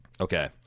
okay